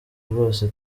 rwose